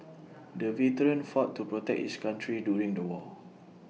the veteran fought to protect his country during the war